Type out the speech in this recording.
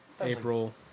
April